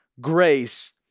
grace